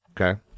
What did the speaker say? Okay